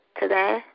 today